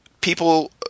people